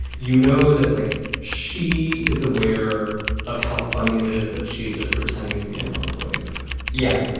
you know, that like she is aware of how funny it is that she's just pretending to be a housewife yeah,